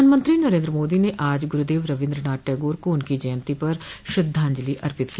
प्रधानमंत्री नरेंद्र मोदी ने आज गुरुदेव रवीद्रनाथ टैगोर को उनकी जयंती पर श्रद्धांजलि अर्पित की